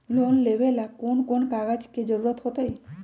Loan लेवेला कौन कौन कागज के जरूरत होतई?